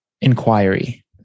inquiry